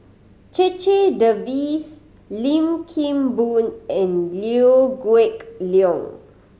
Checha Davies Lim Kim Boon and Liew Geok Leong